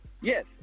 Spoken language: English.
Yes